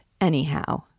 anyhow